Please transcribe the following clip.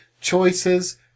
choices